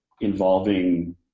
involving